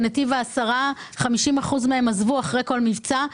בנתיב העשרה 50% מהם עזבו אחרי כל מבצע.